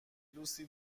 دوستی